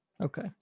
Okay